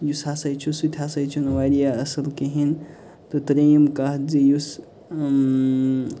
یُس ہسا چھُ سُہ تہِ ہسا چھُنہٕ واریاہ اصٕل کِہیٖنۍ تہٕ ترٛیِم کَتھ زِ یُس